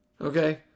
okay